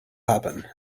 happen